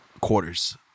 Quarters